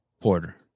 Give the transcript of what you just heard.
Porter